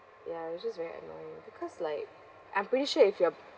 ya it was just very annoying because like I'm pretty sure if you're